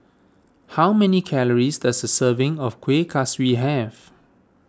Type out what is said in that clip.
how many calories does a serving of Kuih Kaswi have